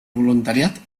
voluntariat